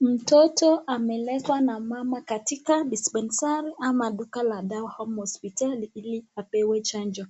Mtoto ameletwa na mama katika dispensary ama duka la dawa ama hospitali ili apewe chanjo.